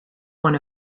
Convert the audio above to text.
one